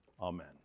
Amen